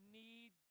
need